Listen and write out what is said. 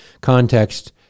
context